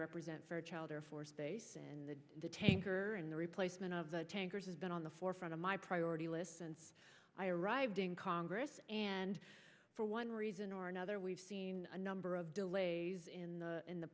represent for child air force base and the tanker and the replacement of the tankers has been on the forefront of my priority list since i arrived in congress and for one reason or another we've seen a number of delays in the in the